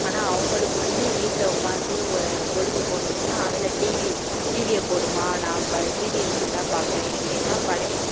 ஆனால் அவங்களுக்கு வந்து வீட்டில் உட்காந்து வ பொழுது போகணும்னா அதில் டிவி டிவியை போடும்மா நம்ம சீரியல்ருந்தா பார்க்குறேன் இல்லைன்னா பழைய